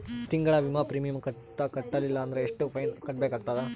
ತಿಂಗಳ ವಿಮಾ ಪ್ರೀಮಿಯಂ ಕಂತ ಕಟ್ಟಲಿಲ್ಲ ಅಂದ್ರ ಎಷ್ಟ ಫೈನ ಕಟ್ಟಬೇಕಾಗತದ?